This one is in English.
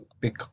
pick